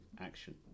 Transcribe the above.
action